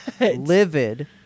livid